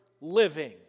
living